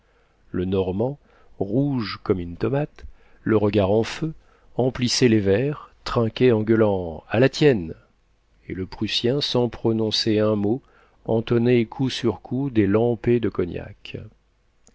le normand rouge comme une tomate le regard en feu emplissait les verres trinquait en gueulant à la tienne et le prussien sans prononcer un mot entonnait coup sur coup des lampées de cognac